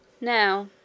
Now—